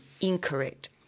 incorrect